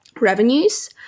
Revenues